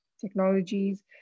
technologies